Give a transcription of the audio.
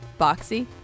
Boxy